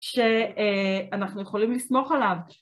שאנחנו יכולים לסמוך עליו.